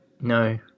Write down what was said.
No